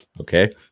Okay